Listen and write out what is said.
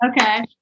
Okay